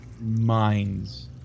minds